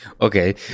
Okay